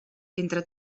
entre